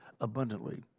abundantly